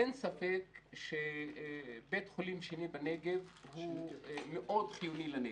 אין ספק שבית חולים שני בנגב מאוד חיוני לנגב,